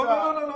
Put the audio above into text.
לא, לא, לא.